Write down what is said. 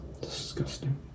disgusting